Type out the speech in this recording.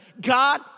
God